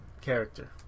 character